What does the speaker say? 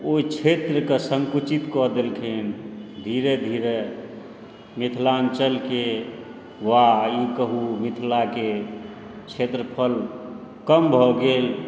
ओहि क्षेत्रके सङ्कुचित कऽ देलखिन धीरे धीरे मिथिलाञ्चलके वा ई कहू मिथिलाके क्षेत्रफल कम भए गेल